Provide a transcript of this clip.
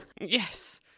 Yes